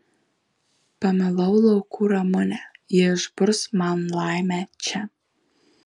pamilau laukų ramunę ji išburs man laimę čia